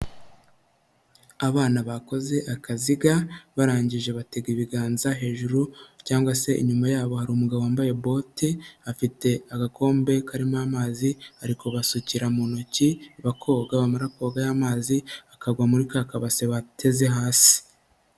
Abana bakoze akaziga barangije batega ibiganza hejuru cyangwa se inyuma yabo, hari umugabo wambaye bote, afite agakombe karimo amazi ari kubasukiira mu ntoki bakoga, bamara koga ya mazi akagwa muri ka kabase bateze hasi.